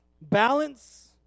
Balance